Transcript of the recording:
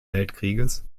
weltkrieges